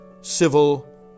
civil